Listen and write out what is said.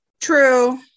True